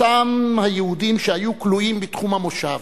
אותם היהודים שהיו כלואים בתחום המושב,